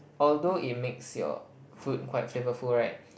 although it makes your food quite flavorful right